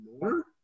more